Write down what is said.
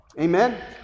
Amen